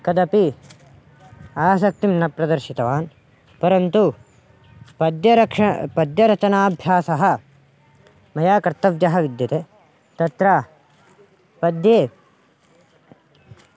कदापि आसक्तिं न प्रदर्शितवान् परन्तु पद्यरक्षां पद्यरचनाभ्यासः मया कर्तव्यः विद्यते तत्र पद्ये